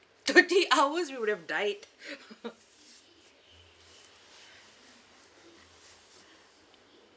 thirty hours we would have died